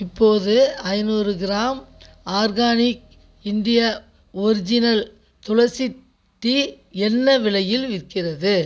இப்போது ஐநூறு gram organic India original tulsi tea என்ன விலையில் விற்கிறது